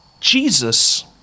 Jesus